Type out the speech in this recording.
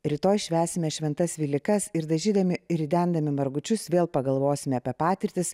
rytoj švęsime šventas velykas ir dažydami ir ridendami margučius vėl pagalvosime apie patirtis